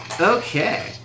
Okay